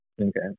Okay